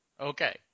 okay